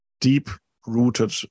deep-rooted